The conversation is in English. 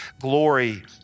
glory